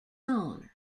honor